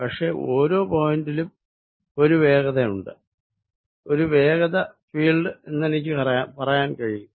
പക്ഷെ ഓരോ പോയിന്റിലും ഒരു വേഗതയുണ്ട് ഒരു വേഗത ഫീൽഡ് എന്നെനിക്ക് പറയാൻ കഴിയും